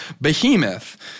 behemoth